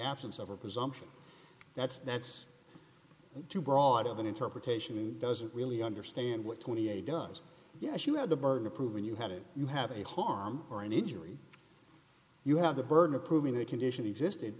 absence of a presumption that's that's too broad of an interpretation doesn't really understand what twenty eight does yes you have the burden of proof when you have it you have a harm or an injury you have the burden of proving that condition existed